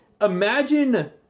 imagine